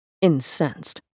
incensed